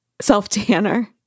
Self-tanner